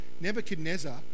Nebuchadnezzar